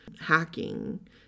hacking